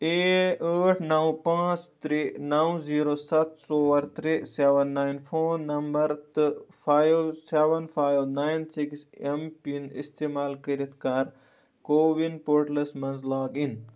A ٲٹھ نو پانٛژھ ترٛےٚ نو زیٖرو ستھ ژور ترٛےٚ سیٚوَن نایِن فون نمبر تہٕ five seven five nine six M PIN استعمال کٔرِتھ کَر کووِن پورٹلس مَنٛز لاگ اِن